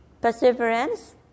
perseverance